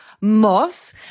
Moss